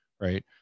right